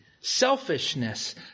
selfishness